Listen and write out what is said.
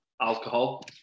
alcohol